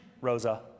Rosa